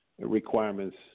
requirements